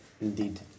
Indeed